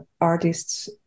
artists